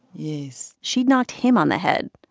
yes she knocked him on the head.